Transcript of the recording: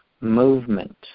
movement